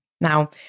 Now